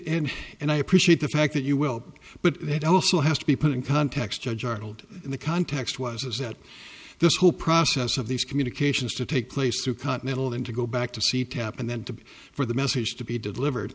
and and i appreciate the fact that you will but it also has to be put in context judge arnold in the context was is that this whole process of these communications to take place to continental and to go back to see tap and then to for the message to be delivered